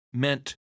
meant